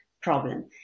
problem